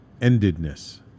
endedness